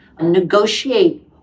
negotiate